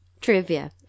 Trivia